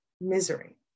misery